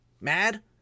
mad